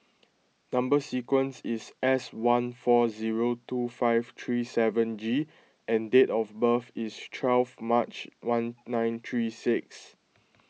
Number Sequence is S one four zero two five three seven G and date of birth is twelve March one nine three six